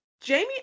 Jamie